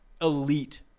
elite